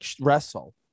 wrestle